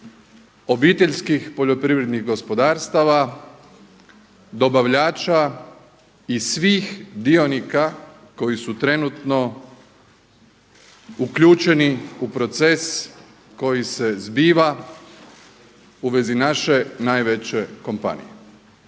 radnika i zaposlenika Agrokora, OPG-a, dobavljača i svih dionika koji su trenutno uključeni u proces koji se zbiva u vezi naše najveće kompanije.